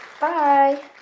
bye